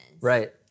Right